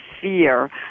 fear